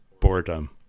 boredom